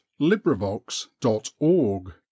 LibriVox.org